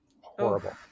horrible